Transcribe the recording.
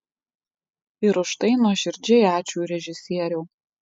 ir už tai nuoširdžiai ačiū režisieriau